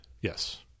Yes